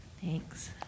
Thanks